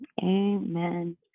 Amen